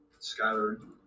Skyler